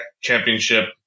Championship